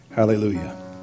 Hallelujah